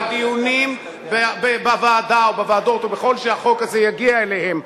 בדיונים בוועדה או בוועדות או בכל מקום שהחוק הזה יגיע אליהם,